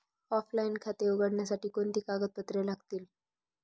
Offline खाते उघडण्यासाठी कोणती कागदपत्रे लागतील?